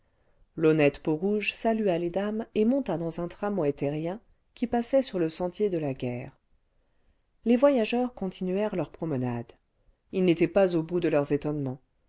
l'honnête peau-rouge salua les daines et monta dans un tramway terrien qui passait sur le sentier de la guerre les voyageurs continuèrent leur promenade ils n'étaient pas au bout de leurs étonnements